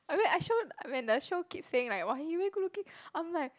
I when I show when the show keep saying like !wah! he very good looking I'm like